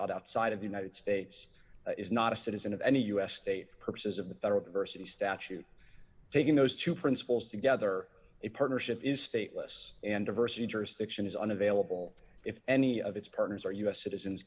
outside of the united states is not a citizen of any us state purposes of the federal versity statute taking those two principles together a partnership is stateless and diversity jurisdiction is unavailable if any of its partners are u s citizens